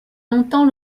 longtemps